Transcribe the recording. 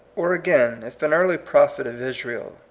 or again, if an early prophet of israel,